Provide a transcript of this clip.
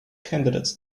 candidates